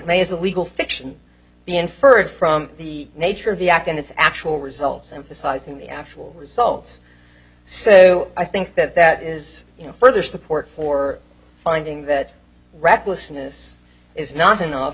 may is a legal fiction be inferred from the nature of the act and its actual results emphasizing the actual results so i think that that is you know further support for finding that recklessness is not enough